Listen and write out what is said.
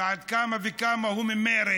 ועל אחת כמה וכמה, הוא ממרצ.